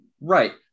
right